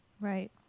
Right